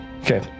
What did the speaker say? Okay